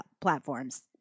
platforms